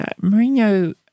Mourinho